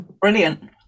brilliant